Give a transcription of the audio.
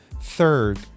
third